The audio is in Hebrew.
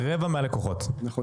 זה המון.